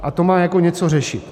A to má jako něco řešit.